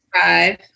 Five